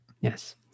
yes